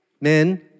men